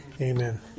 Amen